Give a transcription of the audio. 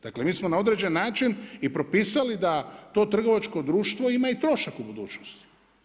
Dakle, mi smo na određen način i propisali da to trgovačko društvo ima i trošak u budućnosti.